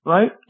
Right